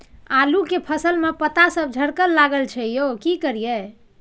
आलू के फसल में पता सब झरकल जाय छै यो की करियैई?